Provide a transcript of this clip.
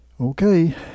Okay